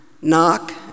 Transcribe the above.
knock